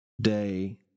day